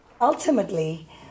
Ultimately